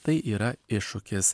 tai yra iššūkis